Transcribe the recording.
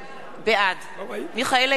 בעד מיכאל איתן,